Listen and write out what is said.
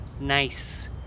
Nice